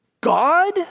God